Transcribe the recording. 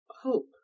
hope